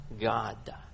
God